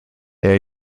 they